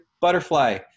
butterfly